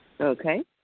Okay